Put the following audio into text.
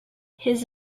his